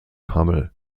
hummel